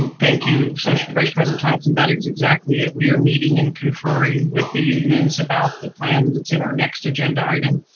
and thank you associate vice president tonneson, that is exactly it. we are meeting and conferring with the unions about the plan that's in our next agenda item.